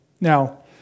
Now